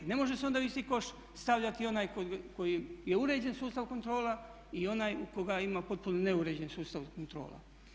Ne može se onda u isti koš stavljati onaj koji je uređen sustav kontrola i onaj u koga ima potpuno neuređeni sustav kontrola.